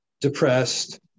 depressed